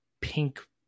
pink